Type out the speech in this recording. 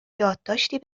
یادداشتی